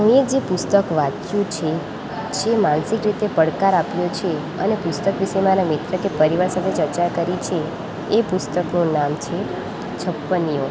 મેં જે પુસ્તક વાંચ્યું છે જે માનિસક રીતે પડકાર આપે અને પુસ્તક વિશે મારા મિત્ર કે પરિવાર સાથે ચર્ચા કરી છે એ પુસ્તકનું નામ છે છપ્પનિયો